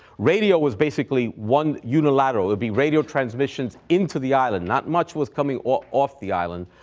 radio was basically one unilateral there'd be radio transmissions into the island, not much was coming off the island.